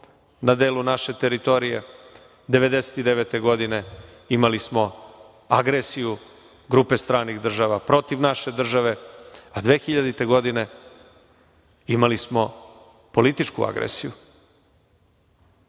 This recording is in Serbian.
na delu naše teritorije, 1999. godine imali smo agresiju grupe stranih država protiv naše države, a 2000. godine imali smo političku agresiju.Zašto